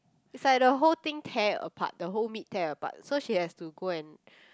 it's like the whole thing tear apart the whole meat tear apart so she has to go and